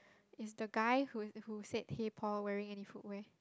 is the guy who who said hey Paul wearing nay footwear